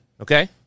okay